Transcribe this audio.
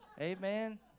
amen